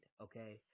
Okay